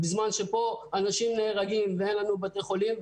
בזמן שפה אנשים מתים ואין לנו בתי חולים.